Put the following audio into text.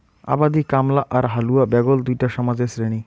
আবাদি কামলা আর হালুয়া ব্যাগল দুইটা সমাজের শ্রেণী